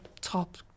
top